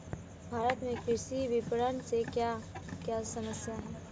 भारत में कृषि विपणन से क्या क्या समस्या हैं?